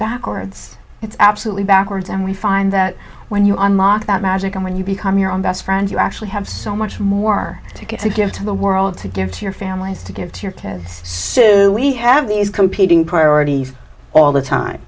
backwards it's absolutely backwards and we find that when you unlock that magic and when you become your own best friend you actually have so much more to give to the world to give to your families to give to your ten says we have these competing priorities all the time